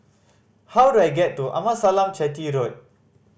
how do I get to Amasalam Chetty Road